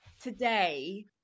today